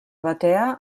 batea